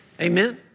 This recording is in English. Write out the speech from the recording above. Amen